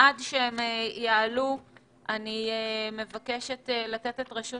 עד שהם יעלו אני מבקשת לתת את רשות